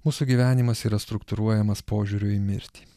mūsų gyvenimas yra struktūruojamas požiūriu į mirtį